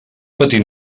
petit